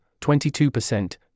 22%